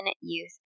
youth